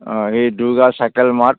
অঁ এই Durga cycle mart